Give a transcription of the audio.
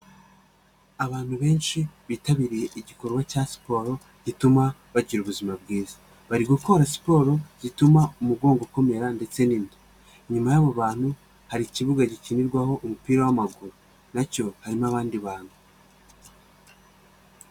abantu benshi bitabiriye igikorwa cya siporo gituma bagira ubuzima bwiza, bari gukora siporo zituma umugongo ukomera ndetse n'inda, inyuma y'abo bantu hari ikibuga gikinirwaho umupira w'maguru, nacyo harimo abandi bantu.